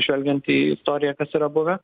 žvelgiant į istoriją kas yra buvę